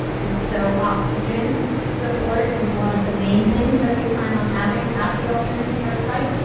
and so oxygen support is one of the main things that we plan on having at the alternate care site.